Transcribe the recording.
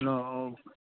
ᱚ